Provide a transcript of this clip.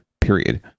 period